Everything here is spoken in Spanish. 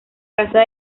casa